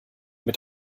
mit